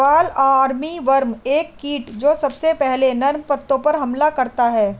fall armyworm एक कीट जो सबसे पहले नर्म पत्तों पर हमला करता है